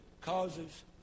causes